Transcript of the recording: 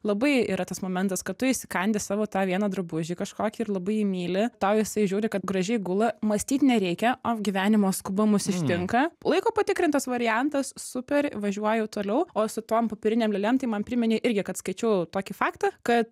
labai yra tas momentas kad tu įsikandi savo tą vieną drabužį kažkokį ir labai jį myli tau jisai žiūri kad gražiai gula mąstyt nereikia o v gyvenimo skuba mus ištinka laiko patikrintas variantas super važiuoju toliau o su tom popierinėm lėlėm tai man priminei irgi kad skaičiau tokį faktą kad